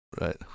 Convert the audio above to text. Right